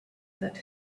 that